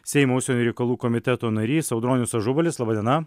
seimo užsienio reikalų komiteto narys audronius ažubalis laba diena